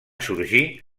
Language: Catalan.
sorgir